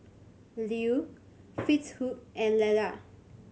Lew Fitzhugh and Lela